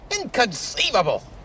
Inconceivable